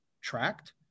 tracked